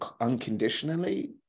unconditionally